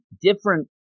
different